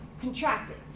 contracted